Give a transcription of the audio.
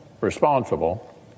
responsible